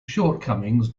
shortcomings